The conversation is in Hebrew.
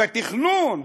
בתכנון,